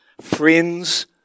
friends